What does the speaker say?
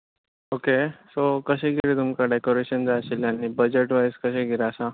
okay so कशें कितें तुमकां डेकोरेशन जाय आशिल्लें बजट वायज कशें कितें आसा